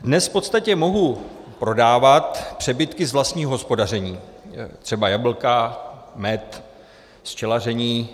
Dnes v podstatě mohu prodávat přebytky z vlastního hospodaření, třeba jablka, med z včelaření.